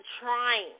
trying